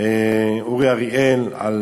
אורי אריאל על